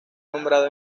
nombrado